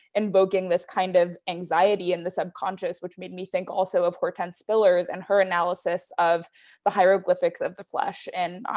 invoking this kind of anxiety in the subconscious which made me think also of hortense spillers and her analysis of the hieroglyphics of the flesh and